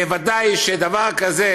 וודאי שדבר כזה,